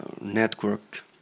network